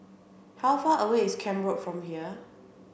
how far away is Camp Road from here